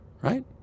right